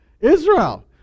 Israel